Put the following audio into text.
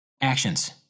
Actions